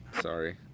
Sorry